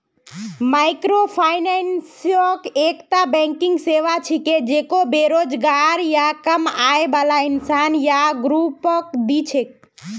microfinance एकता banking सेवा छिके जेको बेरोजगार या कम आय बाला इंसान या ग्रुपक दी छेक